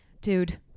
dude